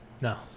No